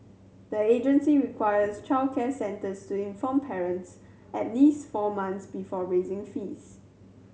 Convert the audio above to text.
the agency requires childcare centres to inform parents at least four months before raising fees